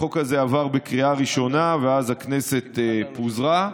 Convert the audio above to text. החוק הזה עבר בקריאה ראשונה ואז הכנסת פוזרה.